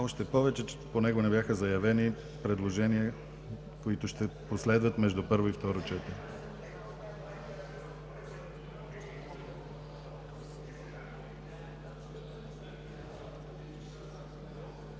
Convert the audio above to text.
Още повече че по него не бяха заявени предложения, които ще последват между първо и второ четене.